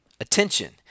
attention